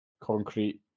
concrete